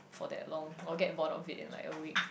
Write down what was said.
for that long I'll get bored of it in like a week